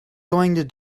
going